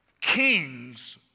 Kings